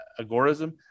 agorism